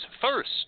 first